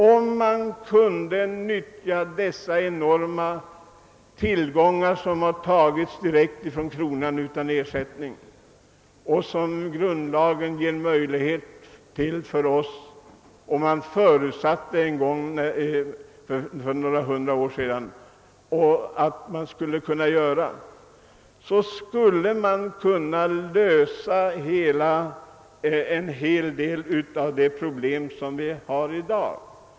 Om man kunde nyttja dessa enorma tillgångar som utan ersättning har tagits direkt från kronan — något som grundlagen ger oss möjlighet till och som man förutsatte en gång för hundra år sedan att man skulle göra —, skulle man kunna lösa en hel del av de problem som vi har i dag.